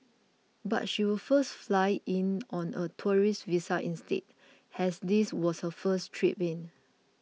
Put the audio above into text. but she would first fly in on a tourist visa instead as this was her first trip in